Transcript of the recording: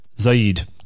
zaid